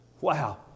Wow